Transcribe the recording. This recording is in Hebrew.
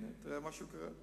הנה, תראה מה קרה.